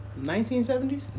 1970s